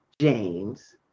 James